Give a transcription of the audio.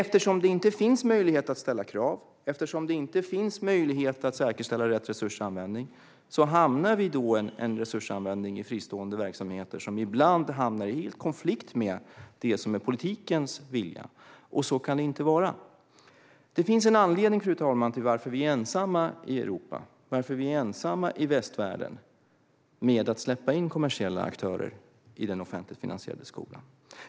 Eftersom det inte finns möjlighet att ställa krav eller säkerställa rätt resursanvändning hamnar vi i en resursanvändning i fristående verksamheter som ibland står i konflikt med det som är politikens vilja, och så kan det inte vara. Det finns en anledning, fru talman, till att vi är ensamma i Europa och i västvärlden om att släppa in kommersiella aktörer i den offentligt finansierade skolan.